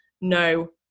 no